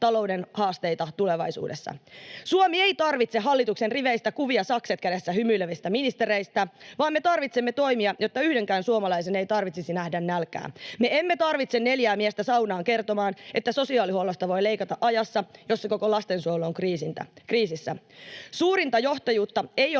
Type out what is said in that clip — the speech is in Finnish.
talouden haasteita tulevaisuudessa. Suomi ei tarvitse hallituksen riveistä kuvia sakset kädessä hymyilevistä ministereistä, vaan me tarvitsemme toimia, jotta yhdenkään suomalaisen ei tarvitsisi nähdä nälkää. Me emme tarvitse neljää miestä saunaan kertomaan, että sosiaalihuollosta voi leikata ajassa, jossa koko lastensuojelu on kriisissä. Suurinta johtajuutta ei ole